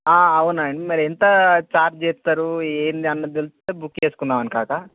అవునండి మరి ఎంత ఛార్జ్ చేస్తారు ఏంటి అన్నది తెలిస్తే బుక్ చేసుకుందాం అని కాకా